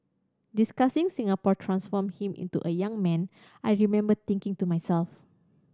discussing Singapore transformed him into a young man I remember thinking to myself